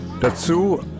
Dazu